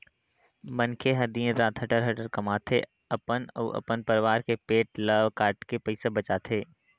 मनखे ह दिन रात हटर हटर कमाथे, अपन अउ अपन परवार के पेट ल काटके पइसा बचाथे